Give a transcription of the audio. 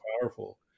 powerful